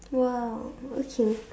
!wow! okay